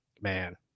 man